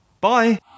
Bye